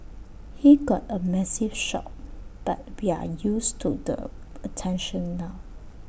he got A massive shock but we're used to the attention now